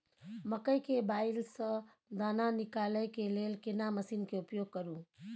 मकई के बाईल स दाना निकालय के लेल केना मसीन के उपयोग करू?